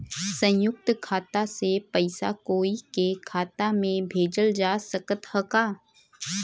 संयुक्त खाता से पयिसा कोई के खाता में भेजल जा सकत ह का?